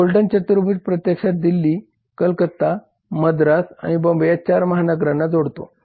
golden चतुर्भुज प्रत्यक्षात दिल्ली कलकत्ता मद्रास आणि बॉम्बे या चार महानगरांना जोडतो